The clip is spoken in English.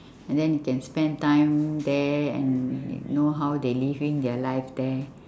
and then you can spend time there and know how they living their life there